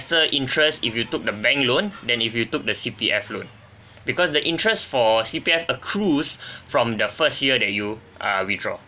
interest if you took the bank loan than if you took the C_P_F loan because the interest for C_P_F accrues from the first year that you uh withdraw